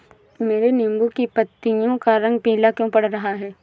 मेरे नींबू की पत्तियों का रंग पीला क्यो पड़ रहा है?